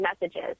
messages